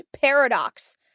paradox